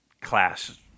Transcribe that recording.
class